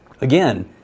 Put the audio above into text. again